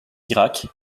irak